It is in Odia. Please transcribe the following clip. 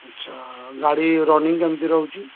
ଆଚ୍ଛା ଗ ଡ଼ି ରନିଙ୍ଗ କେମିତି ରହୁଛି